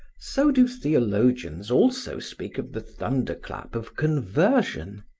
so do theologians also speak of the thunderclap of conversion.